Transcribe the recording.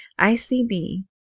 ICB